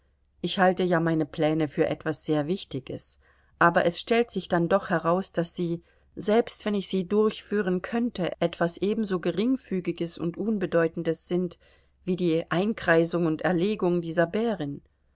ich halte ja meine pläne für etwas sehr wichtiges aber es stellt sich dann doch heraus daß sie selbst wenn ich sie durchführen könnte etwas ebenso geringfügiges und unbedeutendes sind wie die einkreisung und erlegung dieser bärin